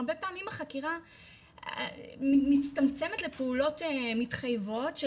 הרבה פעמים החקירה מצטמצמת לפעולות מתחייבות של